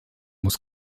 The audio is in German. muss